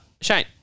Shane